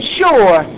sure